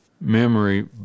memory